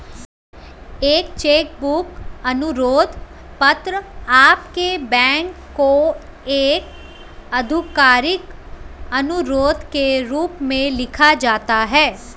एक cheque book अनुरोध पत्र आपके बैंक को एक आधिकारिक अनुरोध के रूप में लिखा जाता है